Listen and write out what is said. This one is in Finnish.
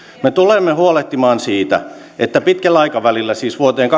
me tulemme huolehtimaan siitä että pitkällä aikavälillä siis vuoteen